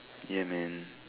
ya man